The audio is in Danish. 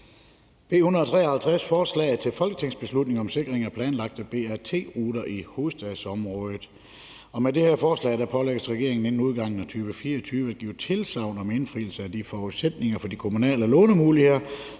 B 153, forslag til folketingsbeslutning om sikring af planlagte BRT-ruter i hovedstadsområdet, pålægges regeringen inden udgangen af 2024 af at give tilsagn om indfrielse af de forudsætninger for de kommunale lånemuligheder,